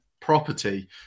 property